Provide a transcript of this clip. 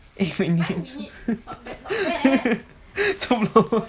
either minutes so long